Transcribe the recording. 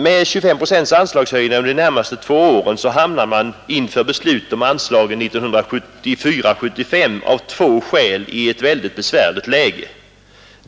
Med 25-procentiga anslagshöjningar under de närmaste två åren hamnar man inför beslutet om anslag för budgetåret 1974/75 av två skäl i ett mycket besvärligt läge.